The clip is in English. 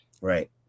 Right